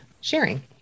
sharing